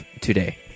today